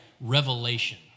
Revelation